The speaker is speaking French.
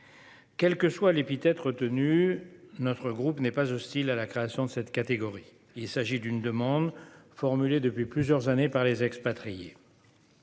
Quelle que soit l'épithète retenue, notre groupe n'est pas hostile à la création de cette catégorie, qui correspond à une demande formulée depuis plusieurs années par les expatriés.